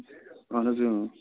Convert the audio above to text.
اَہَن حظ